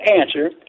answer